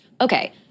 Okay